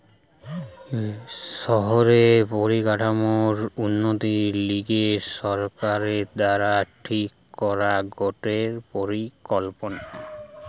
শহরের পরিকাঠামোর উন্নতির লিগে সরকার দ্বারা ঠিক করা গটে পরিকল্পনা